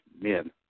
men